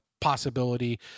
possibility